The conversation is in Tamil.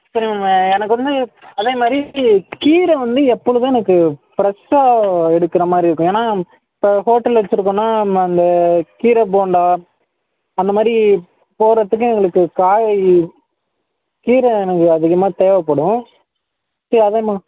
சரிங்கம்மா எனக்கு வந்து அதே மாதிரி கீரை வந்து எப்பொழுதும் எனக்கு ஃப்ரஷ்ஷாக எடுக்கிற மாதிரி இருக்கும் ஏன்னால் இப்போ ஹோட்டல் வச்சுருக்கோன்னால் ம அந்த கீரை போண்டா அந்த மாதிரி போடுறத்துக்கு எங்களுக்கு காய் கீரை எனக்கு அதிகமாக தேவைப்படும் சரி அதே மா